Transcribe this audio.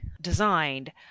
designed